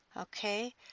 okay